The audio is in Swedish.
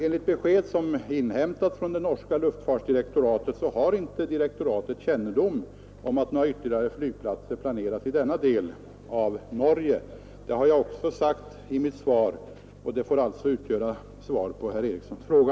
Enligt besked som inhämtats från det norska luftfartsdirektoratet har inte direktoratet kännedom om att några ytterligare flygplatser planerats i denna del av Norge. Det har jag också sagt i mitt svar, och det får alltså utgöra svar på herr Erikssons fråga.